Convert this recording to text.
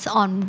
on